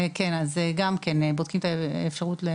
אז בודקים את האפשרות.